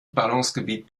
ballungsgebiet